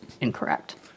incorrect